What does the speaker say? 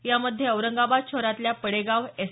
यामध्ये औरंगाबाद शहरातल्या पडेगाव एस